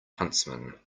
huntsman